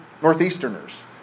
Northeasterners